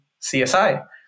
CSI